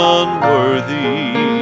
unworthy